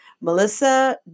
Melissa